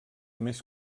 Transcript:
més